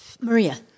Maria